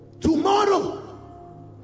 tomorrow